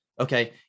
okay